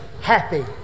happy